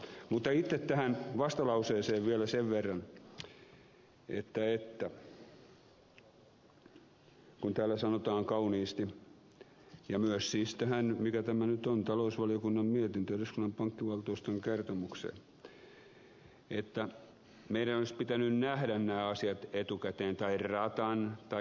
mutta itse tähän vastalauseeseen vielä sen verran että täällä sanotaan kauniisti ja myös siis tähän mikä tämä nyt on talousvaliokunnan mietintö eduskunnan pankkivaltuuston kertomuksesta että meidän olisi pitänyt nähdä nämä asiat etukäteen tai ratan